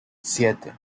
siete